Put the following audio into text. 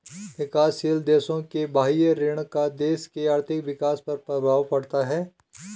विकासशील देशों के बाह्य ऋण का देश के आर्थिक विकास पर प्रभाव पड़ता है